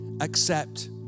accept